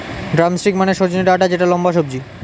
drumstick মানে সজনে ডাটা যেটা লম্বা সবজি